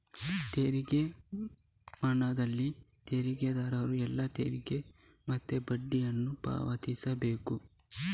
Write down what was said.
ತೆರಿಗೆ ಮನ್ನಾದಲ್ಲಿ ತೆರಿಗೆದಾರರು ಎಲ್ಲಾ ತೆರಿಗೆ ಮತ್ತೆ ಬಡ್ಡಿಯನ್ನ ಪಾವತಿಸ್ಲೇ ಬೇಕು